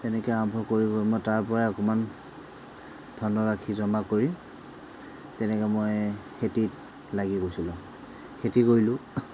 তেনেকেই আৰম্ভ কৰি কৰি মই তাৰপৰাই অকণমান ধনৰাশি জমা কৰি তেনেকৈ মই খেতিত লাগি গৈছিলোঁ খেতি কৰিলোঁ